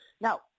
Now